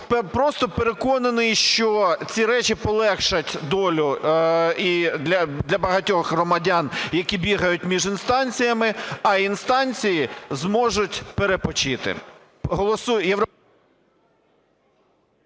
просто переконаний, що ці речі полегшать долю для багатьох громадян, які бігають між інстанціями, а інстанції зможуть перепочити.